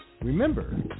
Remember